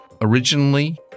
Originally